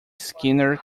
skinner